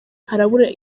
harabura